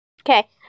Okay